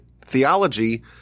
theology